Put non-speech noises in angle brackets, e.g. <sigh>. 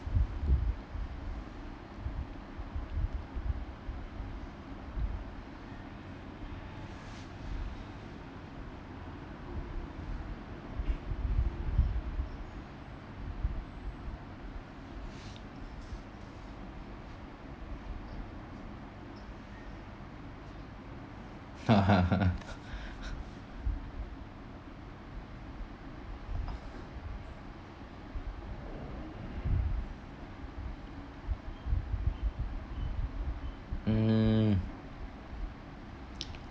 <laughs> hmm